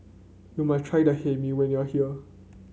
you must try the Hae Mee when you are here